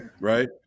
Right